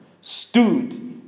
stood